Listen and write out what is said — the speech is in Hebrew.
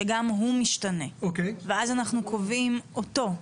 שגם הוא משתנה ואז אנחנו קובעים אותו.